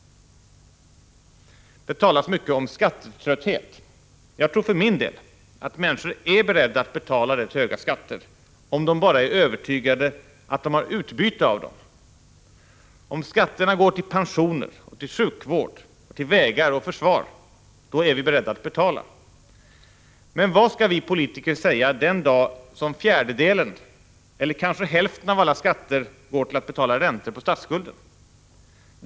Det talas mycket om skattetrötthet. Jag tror för min del att människor är beredda att betala rätt höga skatter, om de bara är övertygade om att ha ett utbyte av dem. Om skatterna går till pensioner, sjukvård, vägar och försvar, då är vi beredda att betala. Men vad skall vi politiker säga den dag då fjärdedelen eller kanske hälften av alla skatter går till att betala räntor på statsskulden?